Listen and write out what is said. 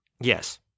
Yes